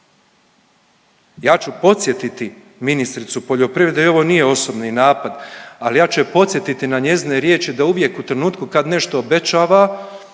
Ja ću podsjetiti ministricu poljoprivrede i ovo nije osobno i napad, ali ja ću je podsjetiti na njezine riječi, da uvijek u trenutku kad nešto obećava,